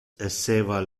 esseva